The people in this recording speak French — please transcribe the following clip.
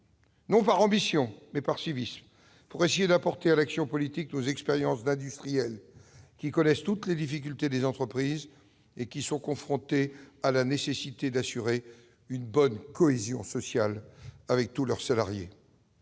non par ambition, mais par civisme, pour essayer d'apporter à l'action politique nos expériences d'industriels qui connaissent toutes les difficultés des entreprises et qui sont confrontés à la nécessité d'assurer une bonne cohésion sociale avec tous leurs salariés.